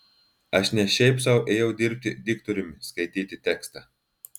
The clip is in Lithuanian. aš ne šiaip sau ėjau dirbti diktoriumi skaityti tekstą